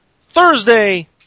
Thursday